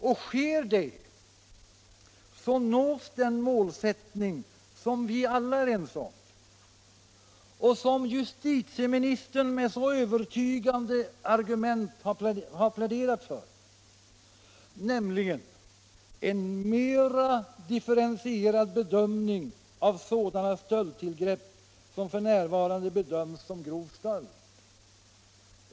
Sker det en sådan, så uppnås den målsättning som vi alla är ense om och som justitieministern med så övertygande argument har pläderat för, nämligen en mera differentierad bedömning av sådana stöldtillgrepp som f. n. bedöms som grov stöld.